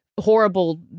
horrible